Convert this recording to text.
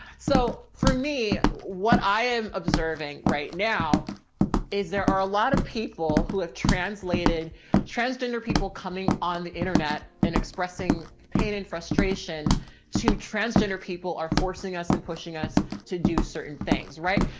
so for me, what i am observing right now is there are a lot of people who have translated transgender people coming on the internet and expressing pain and frustration to transgender people are forcing us and pushing us to do certain things, right?